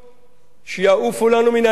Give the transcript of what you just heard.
שיעופו לנו מהעיניים.